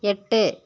எட்டு